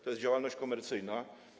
To jest działalność komercyjna.